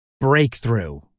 breakthrough